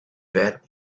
bet